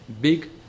big